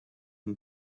and